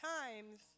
times